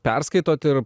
perskaitot ir